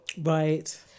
Right